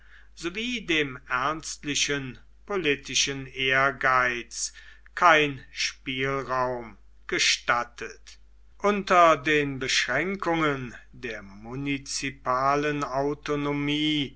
wie dem ernstlichen politischen ehrgeiz kein spielraum gestattet unter den beschränkungen der munizipalen autonomie